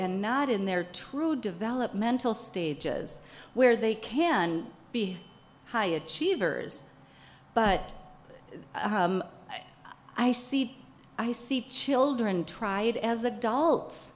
and not in their true developmental stages where they can be high achievers but i see i see children tried as adults